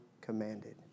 commanded